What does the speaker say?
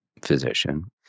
physician